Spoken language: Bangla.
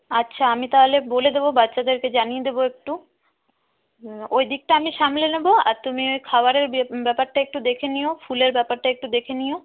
আচ্ছা আমি তাহলে বলে দেবো বাচ্চাদেরকে যে জানিয়ে দেবো একটু ওই দিকটা আমি সামলে নেব আর তুমি ওই খাবারের ব্যাপারটা একটু দেখে নিও ফুলের ব্যাপারটা একটু দেখে নিও